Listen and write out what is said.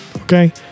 okay